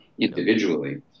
individually